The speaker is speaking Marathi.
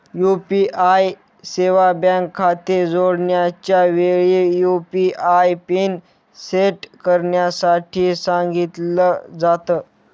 यू.पी.आय सेवा बँक खाते जोडण्याच्या वेळी, यु.पी.आय पिन सेट करण्यासाठी सांगितल जात